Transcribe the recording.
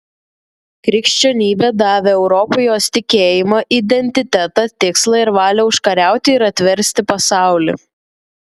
krikščionybė davė europai jos tikėjimą identitetą tikslą ir valią užkariauti ir atversti pasaulį